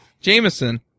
Jameson